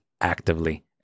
actively